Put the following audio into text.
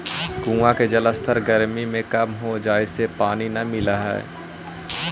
कुआँ के जलस्तर गरमी में कम हो जाए से पानी न मिलऽ हई